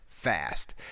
fast